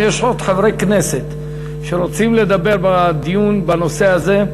אם יש עוד חברי כנסת שרוצים לדבר בדיון בנושא הזה,